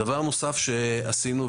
דבר נוסף שעשינו,